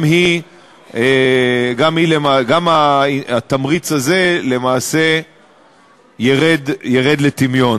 גם התמריץ הזה למעשה ירד לטמיון.